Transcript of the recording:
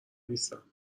نیستم